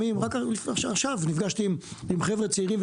עכשיו נפגשתי עם חבר'ה צעירים,